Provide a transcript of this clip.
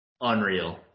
unreal